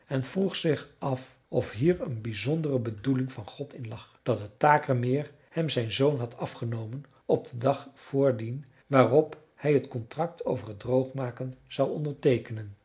en vroeg zich af of hier een bizondere bedoeling van god in lag dat het takermeer hem zijn zoon had afgenomen op den dag vr dien waarop hij het contract over het droogmaken zou onderteekenen